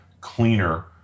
cleaner